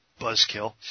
Buzzkill